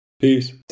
Peace